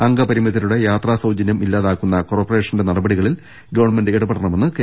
അംഗപരിമിതരുടെ യാത്രാസൌജന്യം ഇല്ലാ താക്കുന്ന കോർപ്പറേഷന്റെ നടപടികളിൽ ഗവൺമെന്റ് ഇടപെടണമെന്നും കെ